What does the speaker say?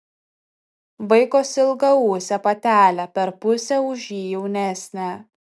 vaikosi ilgaūsę patelę per pusę už jį jaunesnę